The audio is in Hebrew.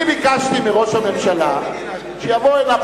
אני ביקשתי מראש הממשלה שיבוא הנה